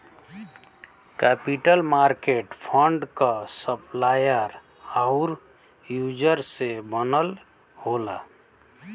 capital market fund क supplier आउर user से बनल होला